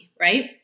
right